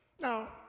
Now